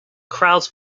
crowds